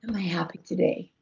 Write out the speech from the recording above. happy today?